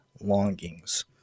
longings